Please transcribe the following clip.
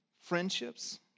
friendships